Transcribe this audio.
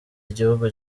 igihugu